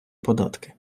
податки